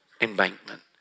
embankment